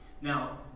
Now